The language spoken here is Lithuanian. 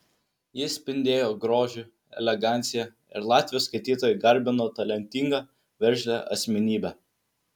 ji spindėjo grožiu elegancija ir latvių skaitytojai garbino talentingą veržlią asmenybę